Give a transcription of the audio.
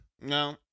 no